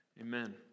Amen